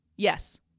Yes